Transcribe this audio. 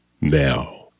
now